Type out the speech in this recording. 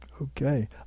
Okay